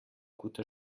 gute